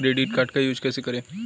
Credit card का use कैसे करें?